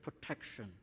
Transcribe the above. protection